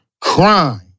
crime